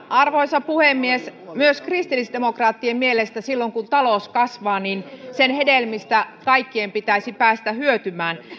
arvoisa puhemies myös kristillisdemokraattien mielestä silloin kun talous kasvaa sen hedelmistä kaikkien pitäisi päästä hyötymään